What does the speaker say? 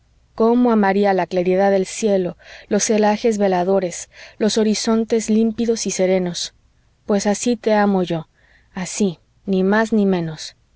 cómo amaría la claridad del cielo los celajes veladores los horizontes límpidos y serenos pues así te amo yo así ni más ni menos